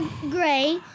gray